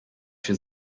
się